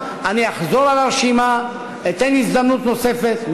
הרשימה, ואני אחזור על הרשימה, אתן הזדמנות נוספת.